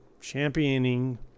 Championing